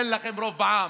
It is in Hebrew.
אין לכם רוב בעם.